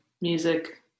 music